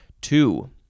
Two